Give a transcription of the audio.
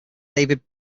david